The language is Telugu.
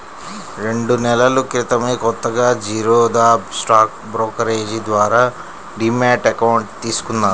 రెండు నెలల క్రితమే కొత్తగా జిరోదా స్టాక్ బ్రోకరేజీ ద్వారా డీమ్యాట్ అకౌంట్ తీసుకున్నాను